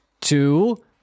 two